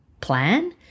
plan